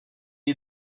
est